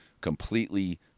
completely